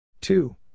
Two